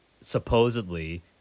supposedly